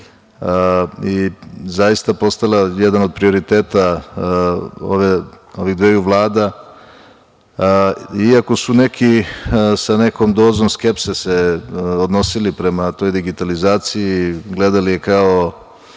i zaista postala jedan od prioriteta ovih dveju vlada iako su neki sa nekom dozom skepse se odnosili prema toj digitalizaciji i gledali je na